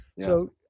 So-